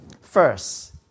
First